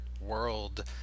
world